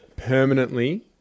permanently